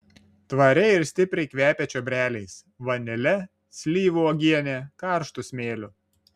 tvariai ir stipriai kvepia čiobreliais vanile slyvų uogiene karštu smėliu